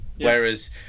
Whereas